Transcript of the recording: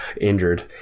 injured